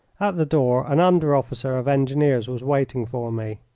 the door an under-officer of engineers was waiting for me.